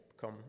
come